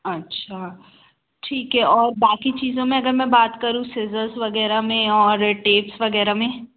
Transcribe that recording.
अच्छा ठीक है और बाकी चीज़ों में अगर मैं बात करूँ सीजर्स वगैरह में और टेप्स वगैरह में